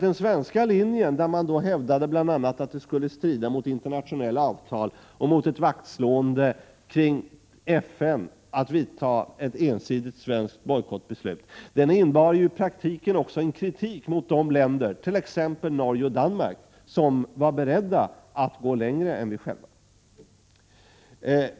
Den svenska linjen, att hävda att det skulle strida mot internationella avtal och mot vaktslåendet kring FN att vidta en ensidig svensk bojkott, innebar i praktiken också en kritik mot de länder, t.ex. Norge och Danmark, som var beredda att gå längre än vi själva.